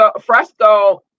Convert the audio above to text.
Fresco